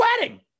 wedding